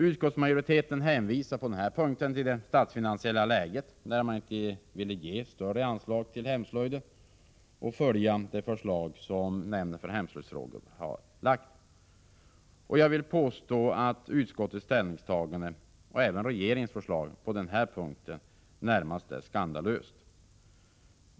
Utskottsmajoriteten hänvisar till det statsfinansiella läget när man inte vill ge större anslag till hemslöjden och följa det förslag som nämnden för hemslöjdsfrågor lagt fram. Jag vill påstå att utskottets ställningstagande och även regeringens förslag på den punkten närmast är skandalöst.